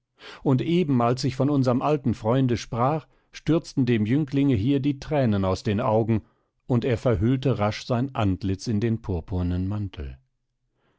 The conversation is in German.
und eben als ich von unserm alten freunde sprach stürzten dem jünglinge hier die thränen aus den augen und er verhüllte rasch sein antlitz in den purpurnen mantel